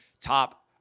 top